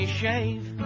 shave